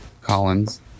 Collins